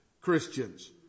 Christians